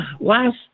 last